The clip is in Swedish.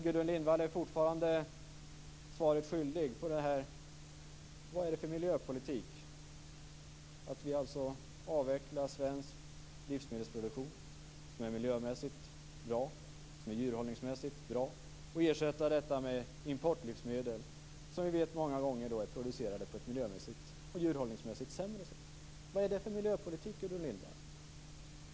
Gudrun Lindvall är mig fortfarande svaret skyldig på frågan: Vad är det för miljöpolitik att vi avvecklar svensk livsmedelsproduktion som är miljömässigt bra och djurhållningsmässigt bra och ersätter den med importlivsmedel som vi vet många gånger är producerade på ett miljömässigt och djurhållningsmässigt sämre sätt? Vad är det för miljöpolitik, Gudrun Lindvall?